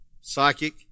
psychic